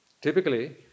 typically